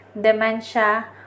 dementia